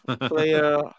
Player